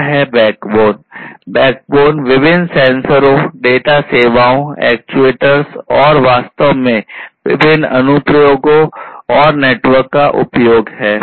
क्या है बैकबोन और नेटवर्क का उपयोग है